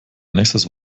nächstes